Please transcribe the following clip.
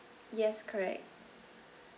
yes correct